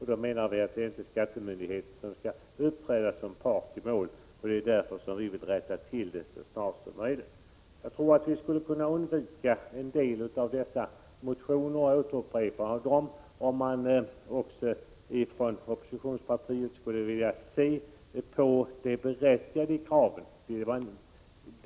Då menar vi att det inte är skattemyndigheten som skall uppträda som part i mål. Det är därför som vi vill rätta till detta så snart som möjligt. Jag tror att vi skulle kunna undvika ett upprepande av en del av dessa motioner, om man från regeringspartiet såg det berättigade i detta krav.